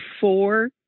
four